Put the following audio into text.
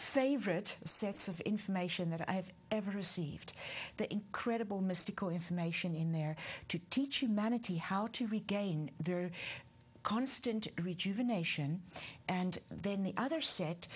favorite sets of information that i have ever received the incredible mystical information in there to teach humanity how to regain their constant rejuvenation and then the other s